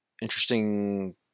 interesting